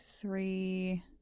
three